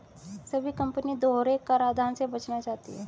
सभी कंपनी दोहरे कराधान से बचना चाहती है